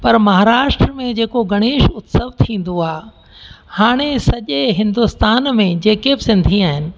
पर महाराष्ट्रा में जेको गणेश उत्सव थींदो आहे हाणे सॼे हिंदुस्तान में जेके बि सिंधी आहिनि